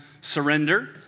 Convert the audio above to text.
surrender